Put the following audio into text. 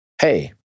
Hey